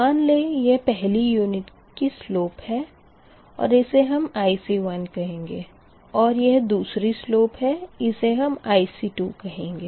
मान लें यह पहली यूनिट की स्लोप है इसे हम IC1 कहेंगे और यह दूसरी स्लोप है इसे हम IC2 कहेंगे